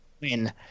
win